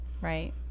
right